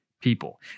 people